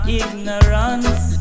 ignorance